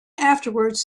afterwards